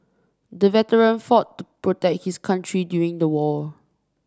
the veteran fought to protect his country during the war